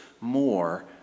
more